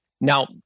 now